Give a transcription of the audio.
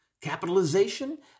capitalization